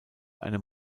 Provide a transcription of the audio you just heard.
einem